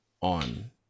On